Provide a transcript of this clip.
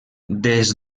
des